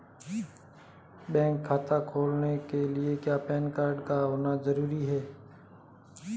Bank खाता खोलने के लिए क्या पैन कार्ड का होना ज़रूरी है?